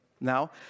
now